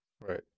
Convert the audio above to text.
Right